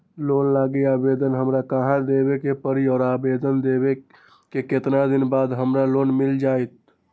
Loan लागी आवेदन हमरा कहां देवे के पड़ी और आवेदन देवे के केतना दिन बाद हमरा लोन मिल जतई?